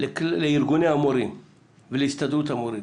לארגוני המורים ולהסתדרות המורים,